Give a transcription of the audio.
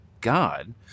God